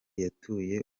yatuye